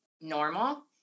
normal